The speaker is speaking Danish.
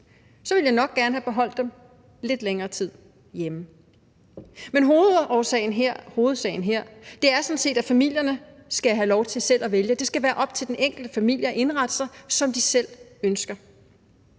ville jeg nok gerne have beholdt dem lidt længere tid hjemme. Hovedsagen her er sådan set, at familierne skal have lov til selv at vælge. Det skal være op til den enkelte familie at indrette sig, som de selv ønsker.